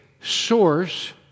source